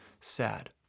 sad